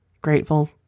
grateful